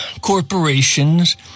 corporations